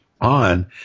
on